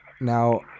Now